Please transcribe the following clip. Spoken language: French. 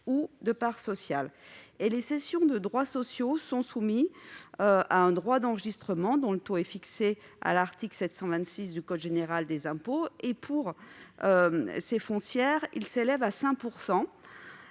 ou de parts sociales. Les cessions de droits sociaux sont soumises à un droit d'enregistrement, dont le taux est fixé à l'article 726 du code général des impôts. Actuellement, les foncières solidaires